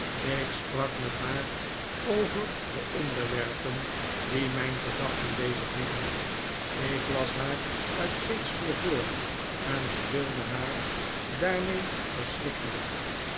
ik sprak met haar over de onderwerpen die mijn gedachten bezighielden ik las haar uit shakespeare voor en verveelde haar daarmee verschrikkelijk